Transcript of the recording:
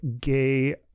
gay